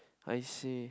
I see